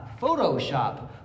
Photoshop